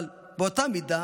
אבל באותה מידה,